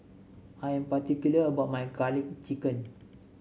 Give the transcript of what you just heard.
I am particular about my garlic chicken